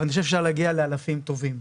אבל אני חושב שאפשר להגיע לאלפים טובים,